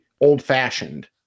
old-fashioned